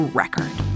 record